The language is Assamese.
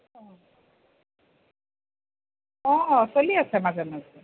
অঁ অঁ অঁ চলি আছে মাজে মাজে